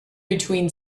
between